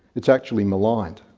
it's actually maligned.